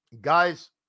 guys